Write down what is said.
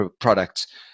products